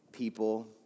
people